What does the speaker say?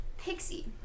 Pixie